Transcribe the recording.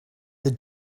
the